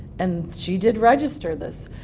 and she did register this.